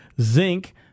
zinc